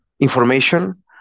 information